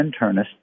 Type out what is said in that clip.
internist